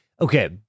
okay